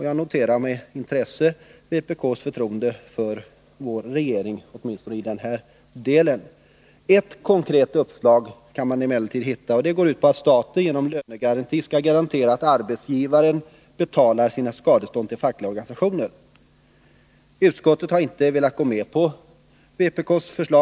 Jag noterar med intresse vpk:s förtroende för vår regering åtminstone i den här delen. Ett konkret uppslag kan man emellertid hitta i motionen, och det går ut på att staten skall garantera att arbetsgivare betalar ideella skadestånd till fackliga organisationer. Utskottet har inte velat gå med på vpk:s förslag.